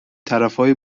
طرفای